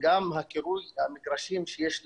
וגם הקירוי של המגרשים החדשים שיש לנו,